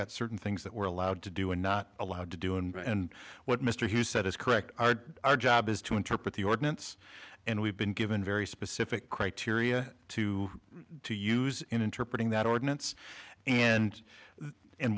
got certain things that we're allowed to do and not allowed to do and what mr hugh said is correct our job is to interpret the ordinance and we've been given very specific criteria to to use in interpreting that ordinance and